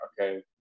okay